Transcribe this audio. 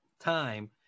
time